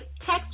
text